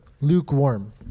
lukewarm